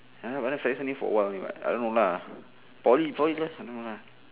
ya lah Fedex only for a while only [what] I don't know lah poly poly best to do lah